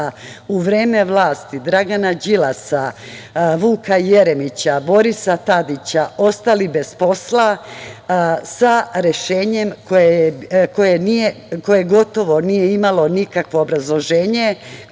u vreme vlasti Dragana Đilasa, Vuka Jeremića, Borisa Tadića ostali bez posla sa rešenjem koje gotovo nije imalo nikakvo obrazloženje,